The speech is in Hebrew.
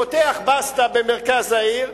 פותח בסטה במרכז העיר,